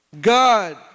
God